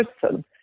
person